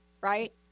right